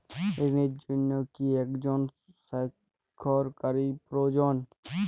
ঋণের জন্য কি একজন স্বাক্ষরকারী প্রয়োজন?